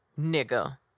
nigga